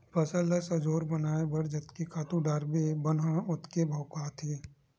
फसल ल सजोर बनाए बर जतके खातू डारबे बन ह ओतके भोगाथे